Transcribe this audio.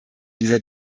dieser